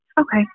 Okay